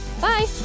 Bye